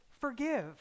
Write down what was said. forgive